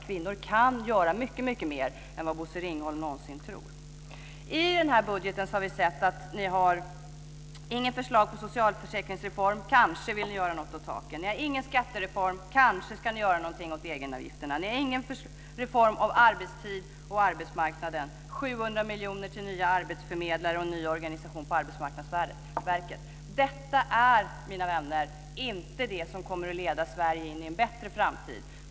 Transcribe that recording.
Kvinnor kan göra mycket mer än vad Bosse Ringholm någonsin tror. Vi har sett att ni i budgeten inte har något förslag på socialförsäkringsreform. Kanske vill ni göra något åt taken. Ni har ingen skattereform. Kanske ska ni göra något åt egenavgifterna. Ni har ingen reform av arbetstid och arbetsmarknad. Ni föreslår 700 miljoner till nya arbetsförmedlare och ny organisation på Arbetsmarknadsverket. Detta, mina vänner, är inte det som kommer att leda Sverige in i en bättre framtid.